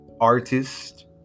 artist